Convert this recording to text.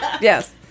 Yes